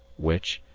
which,